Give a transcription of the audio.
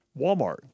Walmart